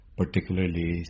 particularly